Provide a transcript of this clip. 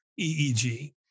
EEG